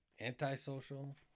Antisocial